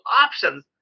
options